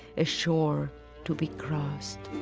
a shore to be crossed